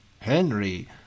Henry